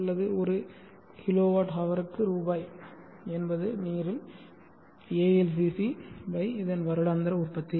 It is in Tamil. அல்லது ஒரு kWhரூ என்பது நீரில் ALCC by இதன் வருடாந்தர உற்பத்தி